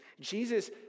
Jesus